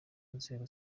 nzego